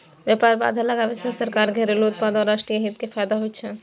व्यापार बाधा लगाबै सं सरकार, घरेलू उत्पादक आ राष्ट्रीय हित कें फायदा होइ छै